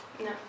No